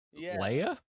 Leia